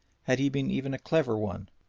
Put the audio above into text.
had he been even a clever one,